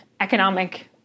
economic